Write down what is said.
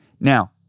Now